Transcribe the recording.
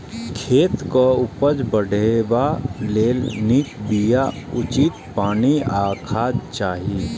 खेतक उपज बढ़ेबा लेल नीक बिया, उचित पानि आ खाद चाही